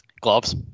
Gloves